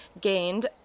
Gained